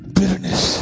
bitterness